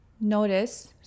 notice